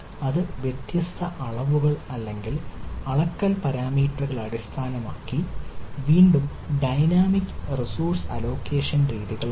അത് വ്യത്യസ്ത അളവുകൾ അല്ലെങ്കിൽ അളക്കൽ പാരാമീറ്ററുകൾ അടിസ്ഥാനമാക്കി വീണ്ടും ഡൈനാമിക് റിസോഴ്സ് അലോക്കേഷൻ രീതികൾ ഉണ്ട്